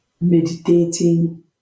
meditating